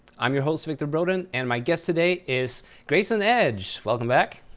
i'm your host, victor brodin. and my guest today is grayson edge. welcome back.